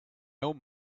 own